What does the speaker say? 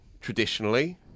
traditionally